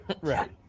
Right